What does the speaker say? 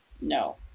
no